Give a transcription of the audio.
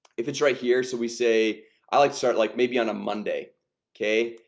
if it's right here, so we say i like to start like maybe on a monday okay,